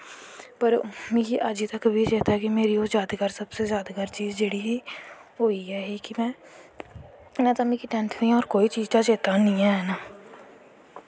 पर मिगी अज्ज तक्कर बी ओह् चेत्ता ऐ कि मेरी ओह् यादगाग सबसे जादतार चीज़ ही ओह् इ'यै ही कि में टैंथ दी मिगी होर कोई चीज़ां चेत्तै नी हैन